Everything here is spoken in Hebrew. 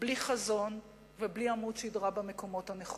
בלי חזון ובלי עמוד שדרה במקומות הנכונים.